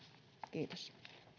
kiitos